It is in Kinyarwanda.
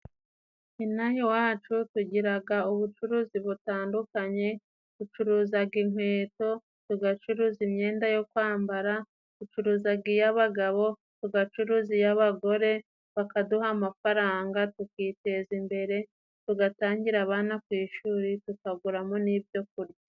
Inaha iwacu tugiraga ubucuruzi butandukanye. Ducuruzaga inkweto, tugacuruza imyenda yo kwambara, ducuruza iy'abagabo, tugacuruza y'abagore, bakaduha amafaranga tukiteza imbere tugatangira abana ku ishuri tugakuramo n'ibyo kurya.